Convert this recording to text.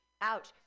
ouch